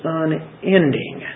unending